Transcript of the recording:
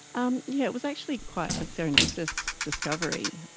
um yeah it was actually quite a serendipitous discovery.